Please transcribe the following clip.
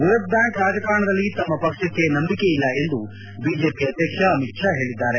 vote bank ರಾಜಕಾರಣದಲ್ಲಿ ತಮ್ಮ ಪಕ್ಷಕ್ಕೆ ನಂಬಿಕೆ ಇಲ್ಲ ಎಂದು ಬಿಜೆಪಿ ಅಧ್ಯಕ್ಷ ಅಮಿತ್ ಷಾ ಹೇಳಿದ್ದಾರೆ